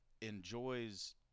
enjoys